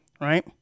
right